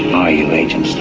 are you, agent yeah